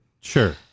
Sure